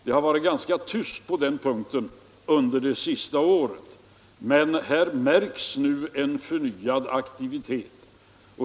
Det har varit ganska tyst på den punkten under det senaste året, men här märks nu en förnyad aktivitet.